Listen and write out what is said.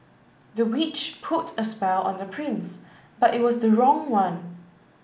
the witch put a spell on the prince but it was the wrong one